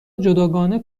جداگانه